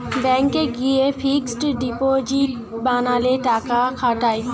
ব্যাংকে গিয়ে fixed deposit বানালে টাকা খাটায়